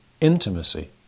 intimacy